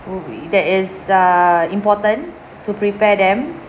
oo that is err important to prepare them